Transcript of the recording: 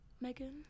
Megan